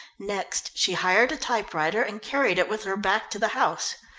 next she hired a typewriter and carried it with her back to the house.